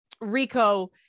RICO